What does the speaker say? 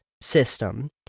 system